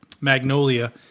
Magnolia